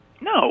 No